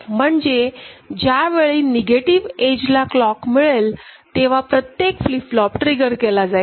म्हणजे ज्यावेळी निगेटिव्ह एजला क्लॉक मिळेल तेव्हा प्रत्येक फ्लिप फ्लॉप ट्रिगर केला जाईल